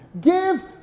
give